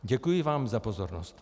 Děkuji vám za pozornost.